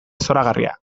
zoragarria